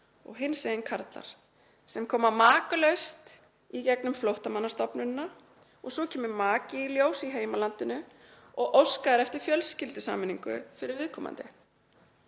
og hinsegin karlar sem koma makalausir í gegnum Flóttamannastofnunina og svo kemur maki í ljós í heimalandinu og óskað er eftir fjölskyldusameiningu fyrir viðkomandi.